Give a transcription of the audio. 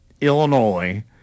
Illinois